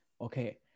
okay